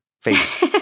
face